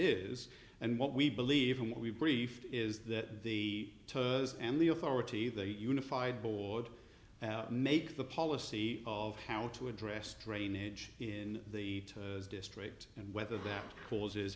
is and what we believe and what we brief is that the turks and the authority the unified board make the policy of how to address drainage in the district and whether that causes